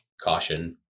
caution